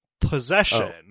possession